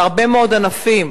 בהרבה מאוד ענפים,